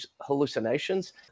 hallucinations